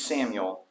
Samuel